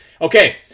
Okay